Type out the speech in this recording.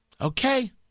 okay